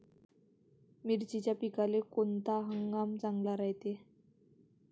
मिर्चीच्या पिकाले कोनता हंगाम चांगला रायते?